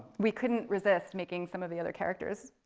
we couldn't resist making some of the other characters